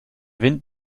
wind